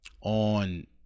on